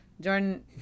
Jordan